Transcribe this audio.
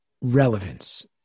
relevance